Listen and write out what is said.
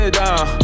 down